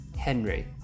Henry